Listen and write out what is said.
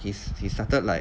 he he started like